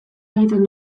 egiten